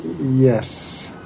Yes